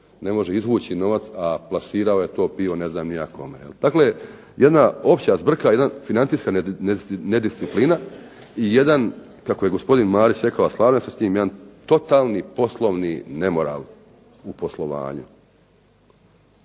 ne može izvući novac a plasirao je to pivo ne znam ni ja kome. Dakle jedna opća zbrka, jedna financijska nedisciplina i jedan kako je gospodin Marić rekao a slažem se s tim jedan totalni poslovni nemoral u poslovanju.